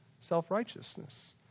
self-righteousness